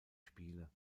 spiele